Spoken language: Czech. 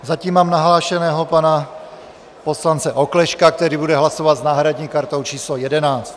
Zatím mám nahlášeno pana poslance Oklešťka, který bude hlasovat s náhradní kartou číslo 11.